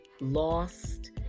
lost